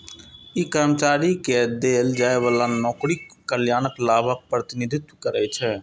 ई कर्मचारी कें देल जाइ बला नौकरीक कल्याण लाभक प्रतिनिधित्व करै छै